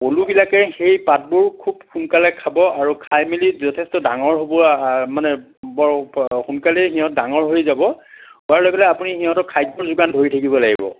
পলুবিলাকে সেই পাতবোৰ খুব সোনকালে খাব আৰু খাই মেলি যথেষ্ট ডাঙৰ হ'ব আৰু মানে বৰ সোনকালেই সিহঁত ডাঙৰ হৈ যাব হোৱাৰ লগে লগে আপুনি সিহঁতক খাদ্যৰ যোগান ধৰি থাকিব লাগিব